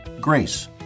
grace